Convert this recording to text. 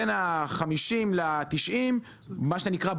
בין 50 ל-90 שקלים,